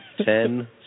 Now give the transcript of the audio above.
Ten